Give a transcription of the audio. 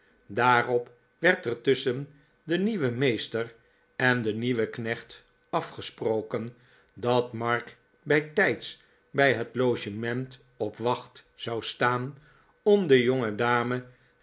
daarop werd er tusschen den nieuwen meester en den nieuwen knecht afgesproken dat mark bijtijds bij het logement op wacht zou staan om de